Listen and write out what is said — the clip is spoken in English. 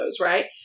right